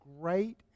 great